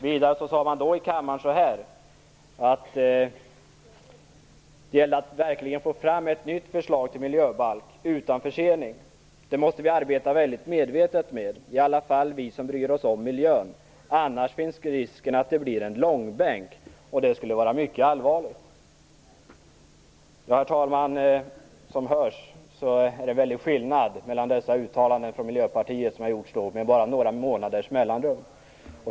Vidare sade man då att det gällde att verkligen få fram ett nytt förslag till miljöbalk utan försening. Det måste vi arbeta väldigt medvetet med, sade man. Det är i alla fall vi som bryr oss om miljön. Annars finns risken att det blir en långbänk, och det skulle vara mycket allvarligt. Herr talman! Som hörs är det en väldig skillnad mellan detta uttalande från Miljöpartiet och dagens, trots att uttalandena har gjorts med bara några månaders mellanrum.